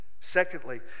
Secondly